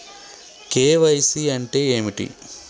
KYC అంటే ఏమిటి?